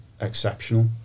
exceptional